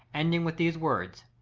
ending with these words,